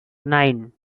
nine